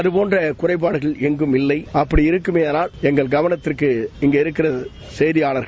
அதபோன்ற குறைபாடுகள் எங்கும் இல்லை அப்படி இருக்குமேயானால் எங்கள் கவனத்திற்கு இங்கே இருக்கிற செய்தியாளர்கள்